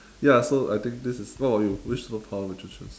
ya so I think this is what about you which superpower would you choose